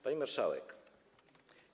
Pani Marszałek!